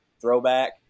throwback